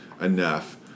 enough